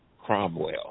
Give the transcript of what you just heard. cromwell